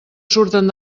surten